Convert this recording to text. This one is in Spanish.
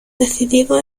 decidido